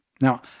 Now